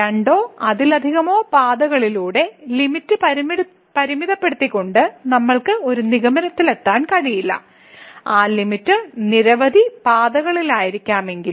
രണ്ടോ അതിലധികമോ പാതകളിലൂടെ ലിമിറ്റ് പരിമിതപ്പെടുത്തിക്കൊണ്ട് നമ്മൾക്ക് ഈ നിഗമനത്തിലെത്താൻ കഴിയില്ല ആ ലിമിറ്റ് നിരവധി പാതകളിലായിരിക്കാമെങ്കിലും